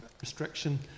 restriction